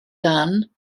dan